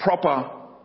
proper